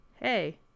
Hey